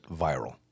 viral